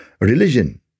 religion